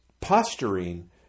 posturing